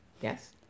Yes